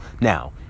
Now